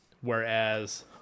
whereas